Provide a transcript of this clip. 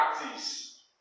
practice